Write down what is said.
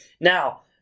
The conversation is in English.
Now